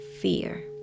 fear